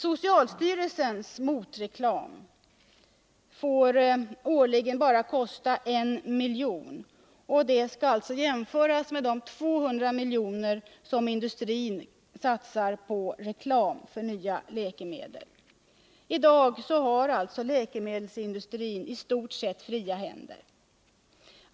Socialstyrelsens ”motreklam” får årligen kosta bara 1 miljon, och det skall alltså jämföras med de 200 miljoner som industrin satsar på reklam för nya läkemedel. I dag har läkemedelsindustrin i stort sett fria händer.